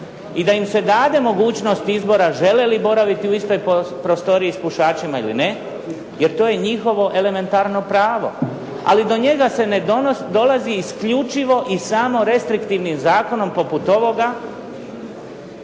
i da im se da mogućnost izbora žele li boraviti u istoj prostoriji s pušačima ili ne, jer to je njihovo elementarno pravo. Ali do njega se ne dolazi isključivo i samo restriktivnim zakonom poput ovoga